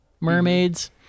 mermaids